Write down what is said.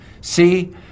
See